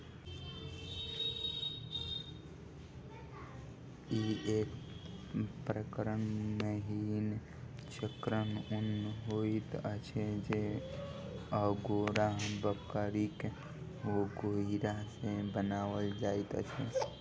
ई एक प्रकारक मिहीन चिक्कन ऊन होइत अछि जे अंगोरा बकरीक रोंइया सॅ बनाओल जाइत अछि